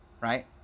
right